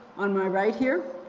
on my right here,